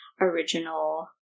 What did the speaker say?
original